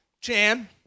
Chan